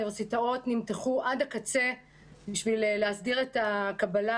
האוניברסיטאות נמתחו עד הקצה בשביל להסדיר את הקבלה